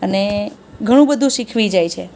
અને ઘણું બધું શીખવી જાય છે